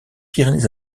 pyrénées